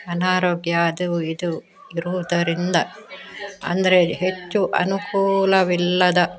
ಅನಾರೋಗ್ಯ ಅದು ಇದು ಇರುವುದರಿಂದ ಅಂದರೆ ಹೆಚ್ಚು ಅನುಕೂಲವಿಲ್ಲದ